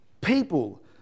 people